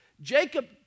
Jacob